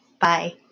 Bye